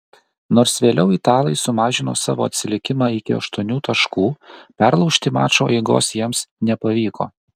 nors vėliau italai sumažino savo atsilikimą iki aštuonių taškų perlaužti mačo eigos jiems nepavyko